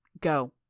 Go